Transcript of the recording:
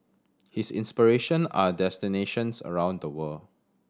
his inspiration are destinations around the world